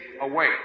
away